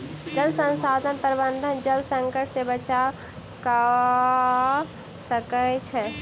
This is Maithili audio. जल संसाधन प्रबंधन जल संकट से बचाव कअ सकै छै